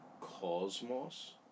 cosmos